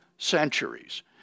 Centuries